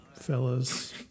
Fellas